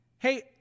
Hey